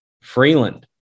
Freeland